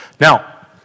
Now